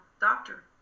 doctor